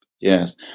Yes